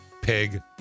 Pig